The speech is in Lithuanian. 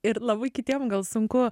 ir labai kitiem gal sunku